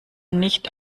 nicht